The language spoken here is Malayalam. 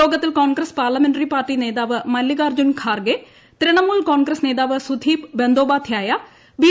യോഗത്തിൽ കോൺഗ്രസ് പാർലമെന്ററി പാർട്ടീ നേതാവ് മല്ലികാർജ്ജുൻ ഖാർഗേ തൃണമൂൽ കോൺഗ്രസ് നേതാവ് സുധീപ് ബന്ധോപദ്ധ്യായ ബി